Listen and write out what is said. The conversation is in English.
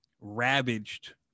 ravaged